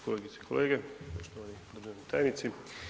Kolegice i kolege, poštovani državni tajnici.